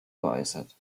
geäußert